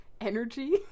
energy